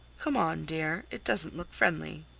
come on, dear it doesn't look friendly.